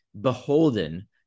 beholden